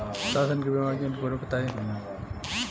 शासन के बीमा योजना के बारे में बताईं?